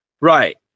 Right